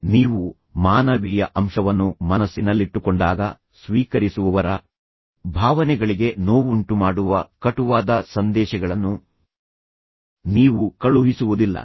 ನೀವು ಮಾನವೀಯ ಅಂಶವನ್ನು ಮನಸ್ಸಿನಲ್ಲಿಟ್ಟುಕೊಂಡಾಗ ಸ್ವೀಕರಿಸುವವರ ಭಾವನೆಗಳಿಗೆ ನೋವುಂಟುಮಾಡುವ ಕಟುವಾದ ಸಂದೇಶಗಳನ್ನು ನೀವು ಕಳುಹಿಸುವುದಿಲ್ಲ